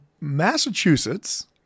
Massachusetts